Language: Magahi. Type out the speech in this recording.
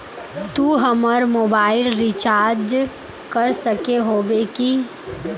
तू हमर मोबाईल रिचार्ज कर सके होबे की?